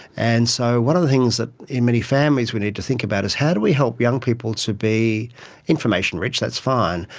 and so one of the things that in many families we need to think about is how do we help young people to be information rich, that's fine,